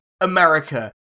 America